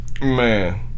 Man